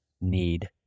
need